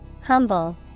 humble